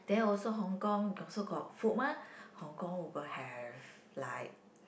there also Hong-Kong also got food mah Hong Kong over have like